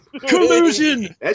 collusion